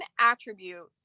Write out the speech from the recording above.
attribute